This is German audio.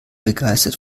begeistert